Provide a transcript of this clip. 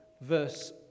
verse